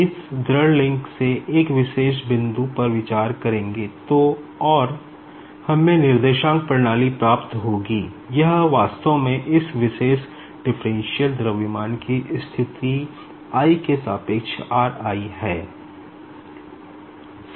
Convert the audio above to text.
अब यदि इस दृढ़ लिंक के एक विशेष बिंदु पर विचार करेए तो और हमें कोऑर्डिनेट सिस्टम की स्थिति i के सापेक्ष r i है